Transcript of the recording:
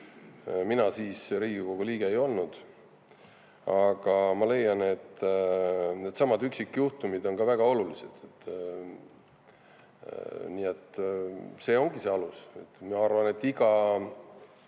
Mina siis Riigikogu liige ei olnud. Aga ma leian, et üksikjuhtumid on väga olulised. See ongi see alus. Ma arvan, et iga